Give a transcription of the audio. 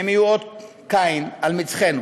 הם יהיו אות קין על מצחנו.